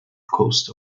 coast